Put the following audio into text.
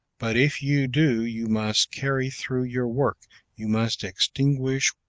but if you do you must carry through your work you must extinguish,